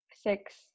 six